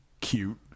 cute